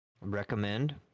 recommend